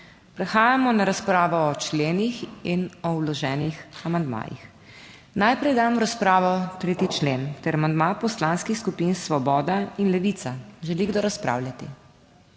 Prehajamo na razpravo o členih in o vloženih amandmajih. Najprej dajem v razpravo 3. člen ter amandma poslanskih skupin Svoboda in Levica. Želi kdo razpravljati?